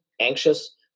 anxious